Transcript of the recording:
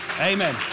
amen